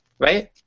Right